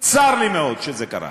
צר לי מאוד שזה קרה,